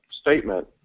statement